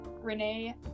Renee